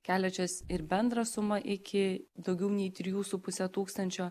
keliančios ir bendrą sumą iki daugiau nei trijų su puse tūkstančio